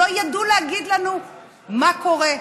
לא ידעו להגיד לנו מה קורה.